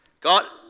God